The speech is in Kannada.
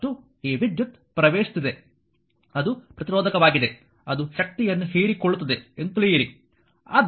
ಮತ್ತು ಈ ವಿದ್ಯುತ್ ಪ್ರವೇಶಿಸುತ್ತಿದೆ ಅದು ಪ್ರತಿರೋಧಕವಾಗಿದೆ ಅದು ಶಕ್ತಿಯನ್ನು ಹೀರಿಕೊಳ್ಳುತ್ತದೆ ಎಂದು ತಿಳಿಯಿರಿ